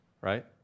Right